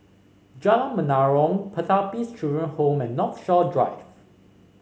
Jalan Menarong Pertapis Children Home and Northshore Drive